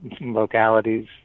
localities